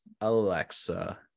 alexa